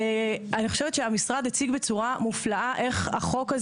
אני חושבת שהמשרד הציג בצורה מופלאה איך החוק הזה